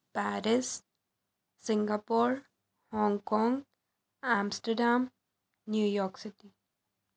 Paris Singapore Hong Kong Amsterdam New York city